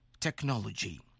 technology